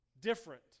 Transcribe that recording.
different